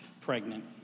pregnant